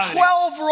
twelve